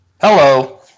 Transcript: Hello